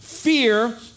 fear